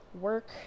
work